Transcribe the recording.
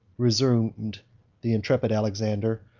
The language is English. resumed the intrepid alexander,